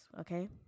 okay